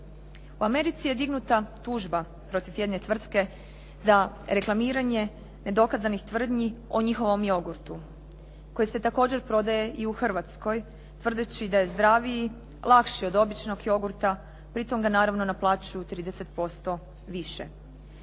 U Americi je dignuta tužba protiv jedne tvrtke za reklamiranje nedokazanih tvrdnji o njihovom jogurtu, koji se također prodaje i u Hrvatskoj tvrdeći da je zdraviji, lakši od običnog jogurta, pri tome ga naravno naplaćuju 30% više.